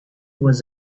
was